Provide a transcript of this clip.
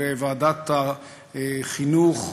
ועדת החינוך,